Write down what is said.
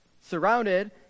surrounded